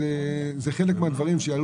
זה חלק מהדברים שיעלו